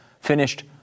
finished